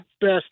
best